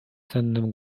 sennym